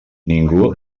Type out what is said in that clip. ningú